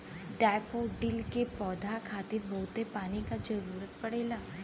daffodil के पौधा खातिर बहुते पानी क जरुरत पड़ेला